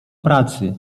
pracy